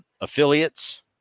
affiliates